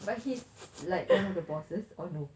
but he's like one of the bosses or no